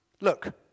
Look